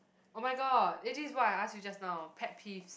oh-my-god eh this is what I asked you just now pet peeves